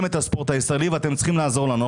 את הספורט הישראלי ואתם צריכים לעזור לנו.